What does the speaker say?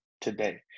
today